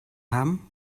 haben